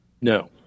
No